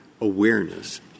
awareness